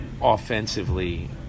offensively